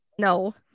No